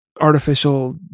artificial